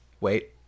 Wait